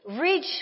Reach